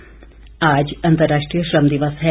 श्रम दिवस आज अंतर्राष्ट्रीय श्रम दिवस है